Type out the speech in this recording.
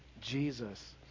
Jesus